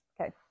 Okay